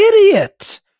idiot